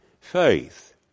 faith